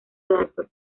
redactor